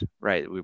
right